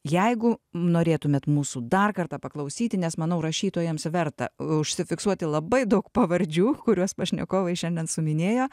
jeigu norėtumėt mūsų dar kartą paklausyti nes manau rašytojams verta užsifiksuoti labai daug pavardžių kuriuos pašnekovai šiandien suminėjo